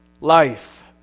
life